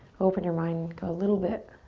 open your mind a little bit